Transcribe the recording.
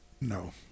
No